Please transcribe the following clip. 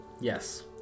Yes